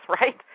right